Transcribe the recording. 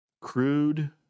crude